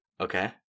Okay